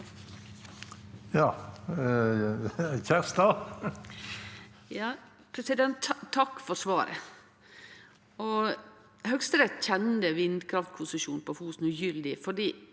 Takk for svar- et. Høgsterett kjende vindkraftkonsesjonen på Fosen ugyldig